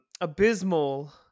Abysmal